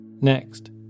Next